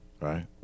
right